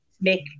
make